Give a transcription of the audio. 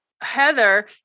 Heather